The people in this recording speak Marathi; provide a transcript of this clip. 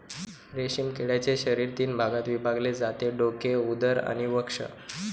रेशीम किड्याचे शरीर तीन भागात विभागले जाते डोके, उदर आणि वक्ष